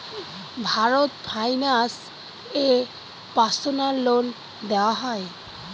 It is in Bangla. ভারত ফাইন্যান্স এ পার্সোনাল লোন দেওয়া হয়?